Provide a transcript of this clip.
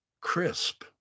crisp